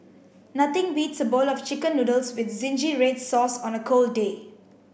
nothing beats a bowl of chicken noodles with red sauce on a cold day